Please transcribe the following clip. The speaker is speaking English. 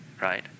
right